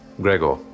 Gregor